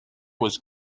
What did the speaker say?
was